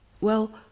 Well